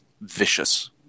vicious